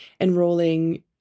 enrolling